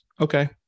okay